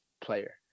player